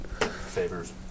Favors